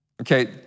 okay